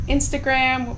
Instagram